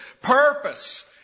purpose